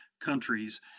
countries